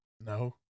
No